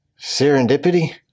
Serendipity